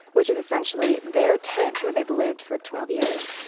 which is essentially their tent where they've lived for twelve years.